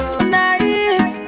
tonight